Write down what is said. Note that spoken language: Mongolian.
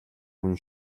хүн